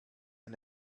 and